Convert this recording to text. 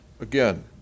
Again